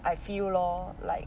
I feel lor like